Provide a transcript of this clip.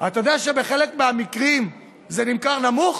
אתה יודע שבחלק מהמקרים זה נמכר נמוך?